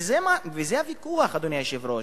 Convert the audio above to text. וזה הוויכוח, אדוני היושב-ראש.